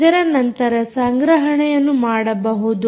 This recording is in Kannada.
ಇದರ ನಂತರ ಸಂಗ್ರಹಣೆಯನ್ನು ಮಾಡಬಹುದು